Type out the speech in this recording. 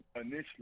initially